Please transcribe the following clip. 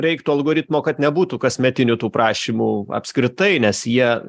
reiktų algoritmo kad nebūtų kasmetinių tų prašymų apskritai nes jie